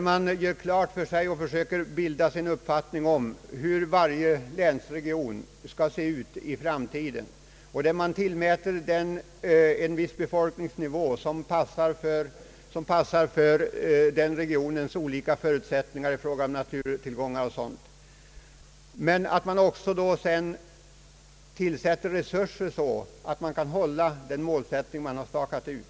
Man bör härvid försöka bilda sig en uppfattning om hur varje länsregion skall se ut i framtiden, och man bör då skapa en befolkningsnivå som passar för den regionens olika förutsättningar i fråga om naturtillgångar och sådant. Men sedan måste det också ställas resurser till förfogande så att man kan uppnå den målsättning man har stakat ut.